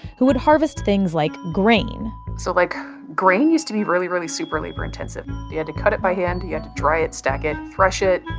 who would harvest things like grain so like grain used to be really, really, super labor-intensive. you had to cut it by hand, you had to dry it, stack it, thresh it,